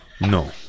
No